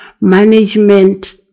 management